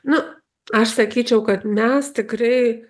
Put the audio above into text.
na aš sakyčiau kad mes tikrai